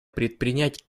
предпринять